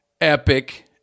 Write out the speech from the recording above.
Epic